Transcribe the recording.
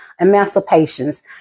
Emancipations